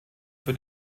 für